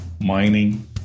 mining